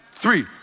Three